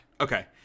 Okay